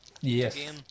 Yes